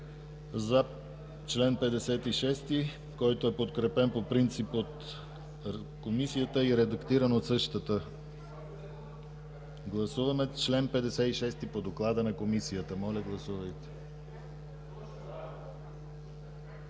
за чл. 56, който е подкрепен по принцип от Комисията и редактиран от същата. Гласуваме чл. 56 по доклада на Комисията. Гласували